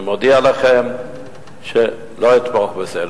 אני מודיע לכם שלא אתמוך בזה.